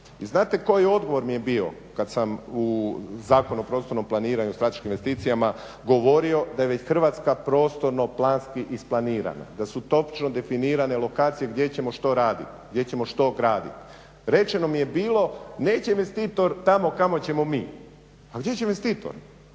I znate koji odgovor mi je bio kad sam u Zakonu o prostornom planiranju, strateškim investicijama govorio da je već Hrvatska prostorno planski isplanirana, da su točno definirane lokacije gdje ćemo što raditi, gdje ćemo što graditi. Rečeno mi je bilo, neće investitor tamo kamo ćemo mi. A gdje će investitor,